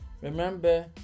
Remember